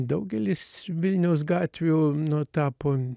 daugelis vilniaus gatvių nu tapo